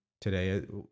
today